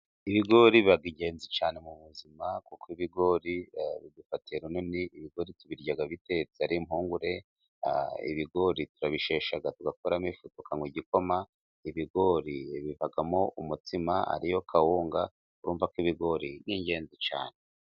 bigori biba ingenzi cyane mu buzima ,kuko ibigori bidufatiye runini ,ibigori tubirya bitetse arimpungure, ibigori turabishesha tugakuramo ifu tukanywa igikoma, ibigori bivamo umutsima ariyo kawunga, urumva ko ibigori n'ingenzi cyane.